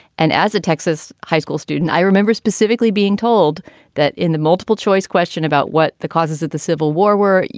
and as a texas high school student, i remember specifically being told that in the multiple choice question about what the causes of the civil war were,